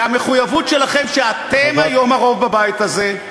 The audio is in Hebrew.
והמחויבות שלכם, שאתם היום הרוב בבית הזה,